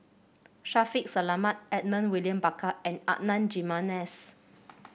Shaffiq Selamat Edmund William Barker and Adan Jimenez